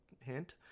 hint